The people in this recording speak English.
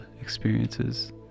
experiences